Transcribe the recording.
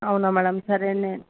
అవునా మ్యాడమ్ సరే నేను